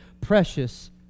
precious